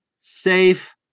Safe